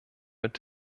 mit